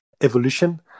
evolution